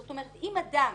זאת אומרת, אם אדם